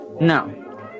No